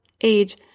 age